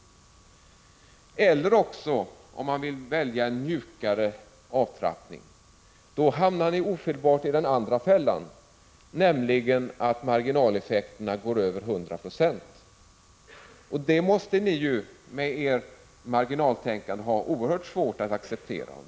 Eller också — om man vill välja en mjukare avtrappning — hamnar man ofelbart i den andra fällan, nämligen att marginaleffekterna överskrider 100 Ze. Det måste ni med ert marginaltänkande ha oerhört svårt att acceptera.